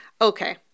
okay